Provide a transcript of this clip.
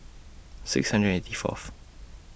six hundred eighty Fourth